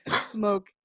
smoke